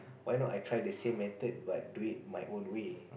why not I try the same method but do it my own way